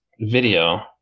video